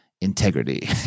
integrity